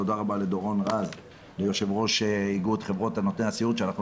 תודה לדורון רז יו"ר איגוד חברות נותני הסיעוד שאנחנו